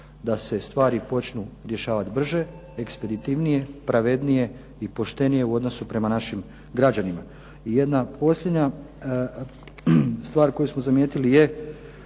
da se stvari počnu rješavati brže, ekspeditivnije, pravednije i poštenije u odnosu prema našim građanima. I jedna posljednja stvar koju smo zamijetili je